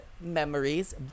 memories